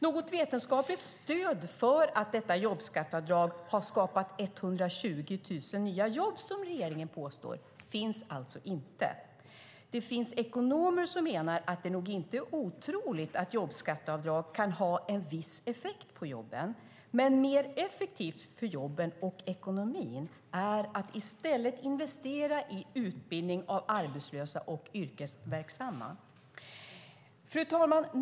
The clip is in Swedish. Något vetenskapligt stöd för att detta jobbskatteavdrag har skapat 120 000 nya jobb, som regeringen påstår, finns alltså inte. Det finns ekonomer som menar att det nog inte är otroligt att jobbskatteavdrag kan ha en viss effekt på jobben, men mer effektivt för jobben och ekonomin är att i stället investera i utbildning av arbetslösa och yrkesverksamma. Fru talman!